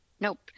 Nope